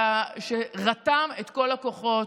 שרתם את כל הכוחות,